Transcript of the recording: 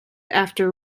after